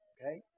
Okay